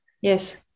Yes